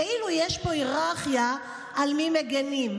כאילו יש פה היררכיה על מי מגינים,